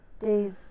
days